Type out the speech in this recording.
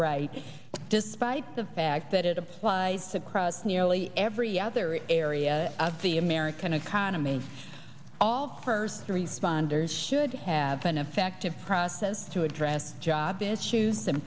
right despite the fact that it applies to cross nearly every other area of the american economy all first to respond or should have an effective process to address job issues